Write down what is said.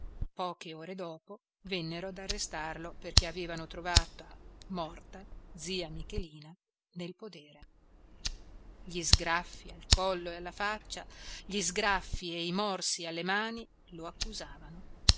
poche ore dopo vennero ad arrestarlo perché avevano trovata morta zia michelina nel podere gli sgraffi al collo e alla faccia gli sgraffi e i morsi alle mani lo accusavano